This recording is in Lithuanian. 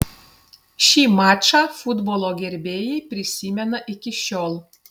šį mačą futbolo gerbėjai prisimena iki šiol